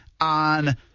on